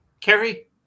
Kerry